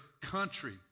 country